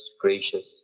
gracious